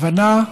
הבנה,